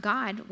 God